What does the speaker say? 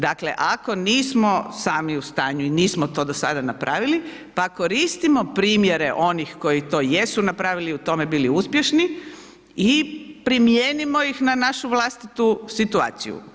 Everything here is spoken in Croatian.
Dakle, ako nismo sami u stanju i nismo to do sada napravili pa koristimo primjere onih koji to jesu napravili, u tome bili uspješni i primijenimo ih na našu vlastitu situaciju.